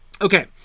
Okay